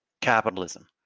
capitalism